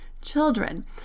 children